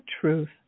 truth